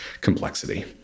complexity